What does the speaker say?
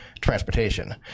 transportation